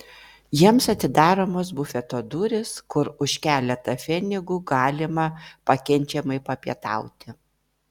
jiems atidaromos bufeto durys kur už keletą pfenigų galima pakenčiamai papietauti